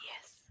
Yes